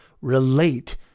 relate